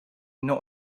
not